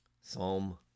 Psalm